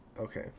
Okay